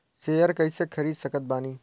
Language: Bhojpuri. शेयर कइसे खरीद सकत बानी?